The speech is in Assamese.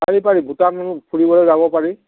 পাৰি পাৰি ভূটান ফুৰিবলৈ যাব পাৰি